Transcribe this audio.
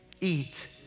eat